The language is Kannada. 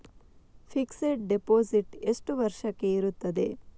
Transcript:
ಫಿಕ್ಸೆಡ್ ಡೆಪೋಸಿಟ್ ಎಷ್ಟು ವರ್ಷಕ್ಕೆ ಇರುತ್ತದೆ?